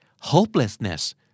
hopelessness